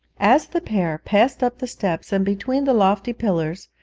as the pair passed up the steps and between the lofty pillars,